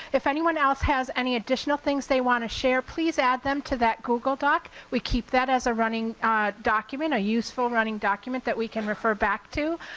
if anyone else has any additional things they wanna share, please add them to that google doc. we keep that as a running document, a useful running document, that we can refer back to.